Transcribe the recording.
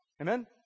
Amen